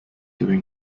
during